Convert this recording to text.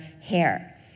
hair